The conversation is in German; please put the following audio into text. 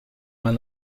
man